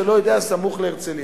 מי שלא יודע, סמוך להרצלייה,